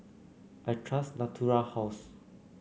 I trust Natura House